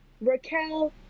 Raquel